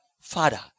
father